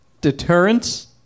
Deterrence